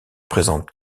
présente